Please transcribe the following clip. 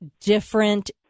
different